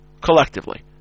collectively